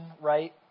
right